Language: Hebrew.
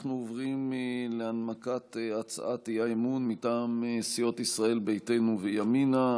אנחנו עוברים להנמקת הצעת האי-אמון מטעם סיעות ישראל ביתנו וימינה,